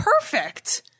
perfect